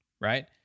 right